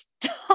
stop